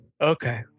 okay